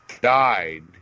died